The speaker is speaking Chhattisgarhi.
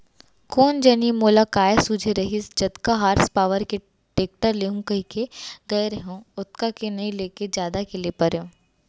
कोन जनी मोला काय सूझे रहिस जतका हार्स पॉवर के टेक्टर लेहूँ कइके गए रहेंव ओतका के नइ लेके जादा के ले पारेंव